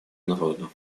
народа